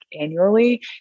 annually